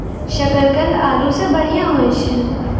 शकरकंद आलू सें बढ़िया होय छै